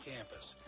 Campus